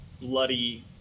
Bloody